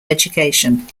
education